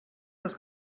das